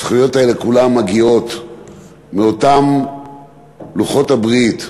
הזכויות האלה כולן מגיעות מאותם לוחות הברית,